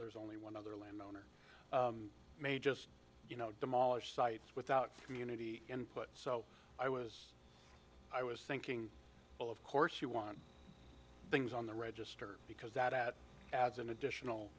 concerned only one other landowner may just you know demolish sites without community input so i was i was thinking well of course you want things on the register because that adds an additional